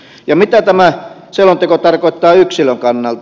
ja mitä tämä selonteko tarkoittaa yksilön kannalta